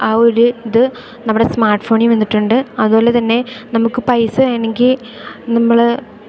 ആ ഒരു ഇത് നമ്മുടെ സ്മാർട്ട് ഫോണിൽ വന്നിട്ടുണ്ട് അതുപോലെതന്നെ നമുക്ക് പൈസ വേണമെങ്കിൽ നമ്മൾ